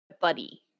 buddy